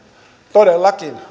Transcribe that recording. todellakin